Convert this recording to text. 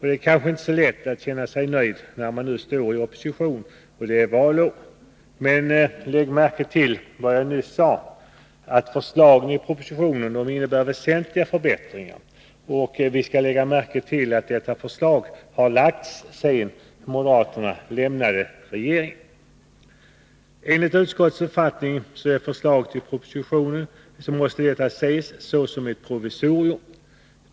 Det är kanske inte så lätt att känna sig nöjd när man står i opposition och det är valår. Men lägg märke till vad jag nyss sade: Förslagen i propositionen innebär väsentliga förbättringar. Vi skall också lägga märke till att detta förslag har lagts fram sedan moderaterna lämnade regeringen. Enligt utskottets uppfattning måste förslaget i propositionen ses som ett provisorium.